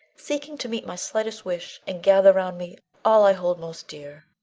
seeking to meet my slightest wish, and gather round me all i hold most dear.